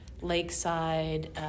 lakeside